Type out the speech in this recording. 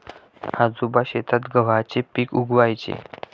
आजोबा शेतात गव्हाचे पीक उगवयाचे